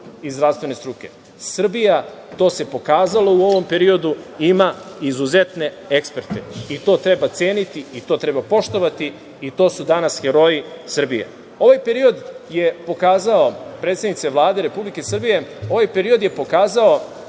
i zdravstvene struke. Srbija, to se pokazalo u ovom periodu, ima izuzetne eksperte i to treba ceniti, to treba poštovati i to su danas heroji Srbije. Predsednice Vlade Republike Srbije, ovaj period je pokazao